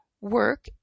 work